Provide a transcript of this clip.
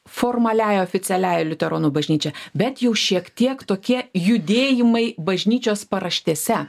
formaliąja oficialiąja liuteronų bažnyčia bet jau šiek tiek tokie judėjimai bažnyčios paraštėse